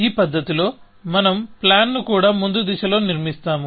ఈ పద్ధతిలోమనం ప్లాన్ ను కూడా ముందు దిశలో నిర్మిస్తాము